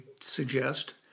suggest